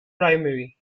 primary